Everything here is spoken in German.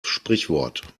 sprichwort